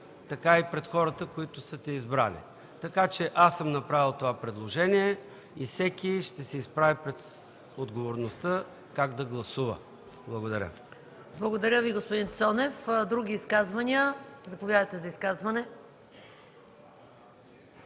така и пред хората, които са те избрали. Така че аз съм направил това предложение и всеки ще се изправи пред отговорността как да гласува. Благодаря. ПРЕДСЕДАТЕЛ МАЯ МАНОЛОВА: Благодаря Ви, господин Цонев. Други изказвания? Заповядайте за изказване,